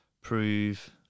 prove